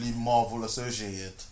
Marvel-associated